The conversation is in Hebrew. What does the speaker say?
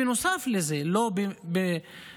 בנוסף לזה, לא במקום,